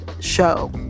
.show